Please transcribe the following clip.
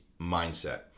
mindset